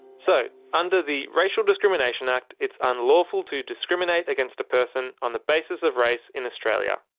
so under the racial discrimination act, it's unlawful to discriminate against a person on the basis of race in australia.